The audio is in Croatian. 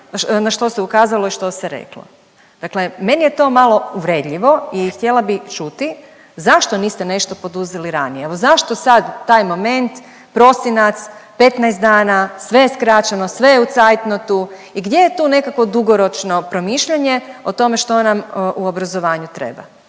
na što se ukazalo i što se reklo. Dakle, meni je to malo uvredljivo i htjela bi čuti zašto niste nešto poduzeli ranije? Evo zašto sad taj moment, prosinac, 15 dana, sve je skraćeno, sve je u zeitnotu i gdje je tu nekakvo dugoročno promišljanje o tome što nam u obrazovanju treba?